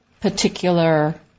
particular